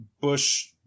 Bush